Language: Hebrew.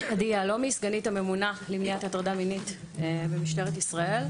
אני סגנית הממונה למניעת הטרדה מינית במשטרת ישראל.